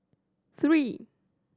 three